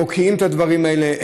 הם מוקיעים את הדברים האלה.